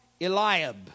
Eliab